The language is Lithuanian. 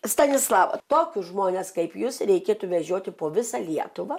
stanislava tokius žmones kaip jūs reikėtų vežioti po visą lietuvą